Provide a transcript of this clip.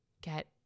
get